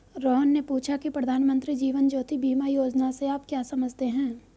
रोहन ने पूछा की प्रधानमंत्री जीवन ज्योति बीमा योजना से आप क्या समझते हैं?